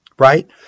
Right